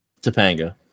Topanga